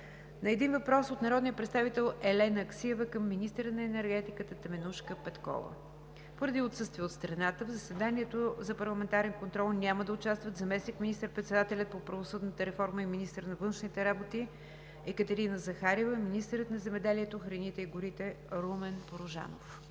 - един въпрос от народния представител Елена Аксиева към министъра на енергетиката Теменужка Петкова. Поради отсъствие от страната в заседанието за парламентарен контрол няма да участват заместник министър-председателят по правосъдната реформа и министър на външните работи Екатерина Захариева и министърът на земеделието, храните и горите Румен Порожанов.